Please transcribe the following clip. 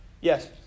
Yes